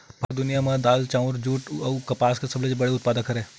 भारत हा पूरा दुनिया में दाल, दूध, चाउर, जुट अउ कपास के सबसे बड़े उत्पादक हरे